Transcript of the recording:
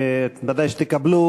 ודאי שתקבלו,